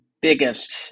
biggest